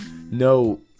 no